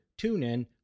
TuneIn